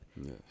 Yes